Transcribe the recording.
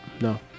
no